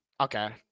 okay